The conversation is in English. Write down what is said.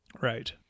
Right